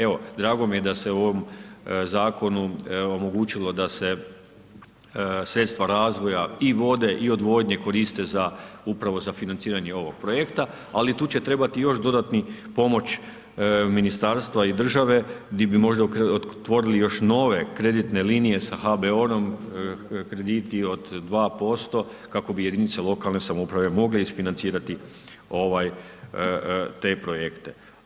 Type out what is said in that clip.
Evo, drago mi je da se u ovom zakonu omogućilo da se sredstva razvoja i vode i odvodnje koriste za upravo za financiranje ovog projekta, ali tu će trebati još dodatni pomoć ministarstva i države gdje bi možda otvorili još nove kreditne linije sa HBOR-om, krediti od 2%, kako bi jedinice lokalne samouprave mogle isfinancirati ovaj, te projekte.